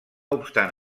obstant